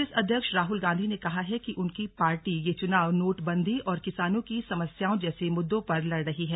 कांग्रेस अध्यक्ष राहुल गांधी ने कहा है कि उनकी पार्टी यह चुनाव नोटबंदी और किसानों की समस्याओं जैसे मुद्दों पर लड़ रही है